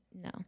No